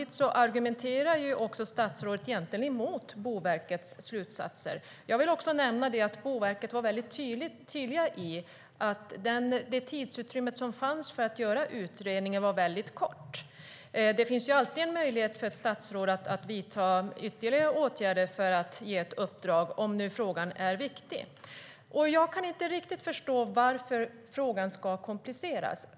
Egentligen argumenterar ju statsrådet emot Boverkets slutsatser. Boverket var mycket tydligt med att det tidsutrymme som fanns för att göra utredningen var väldigt kort. Det finns alltid möjlighet för ett statsråd att vidta ytterligare åtgärder för att ge ett uppdrag, om nu frågan är viktig. Jag kan inte riktigt förstå varför frågan ska kompliceras.